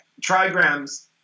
trigrams